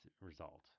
result